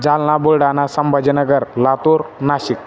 Jalna Buldhana Sambhajinagar Latur Nashik